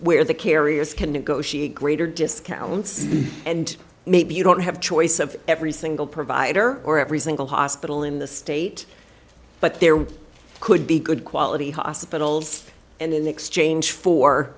where the carriers can negotiate greater discounts and maybe you don't have choice of every single provider or every single hospital in the state but there could be good quality hospitals and in exchange for